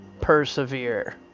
persevere